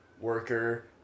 worker